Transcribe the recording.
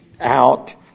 out